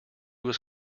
was